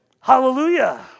Hallelujah